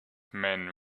men